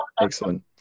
Excellent